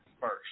first